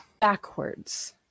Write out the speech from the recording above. backwards